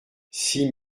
six